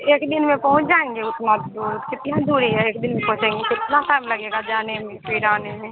एक दिन में पहुँच जाएंगे उतना दूर कितना दूरी है एक दिन में पहुँचेंगे कितना टाइम लगेगा जाने में फिर आने में